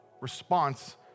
response